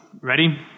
ready